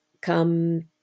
come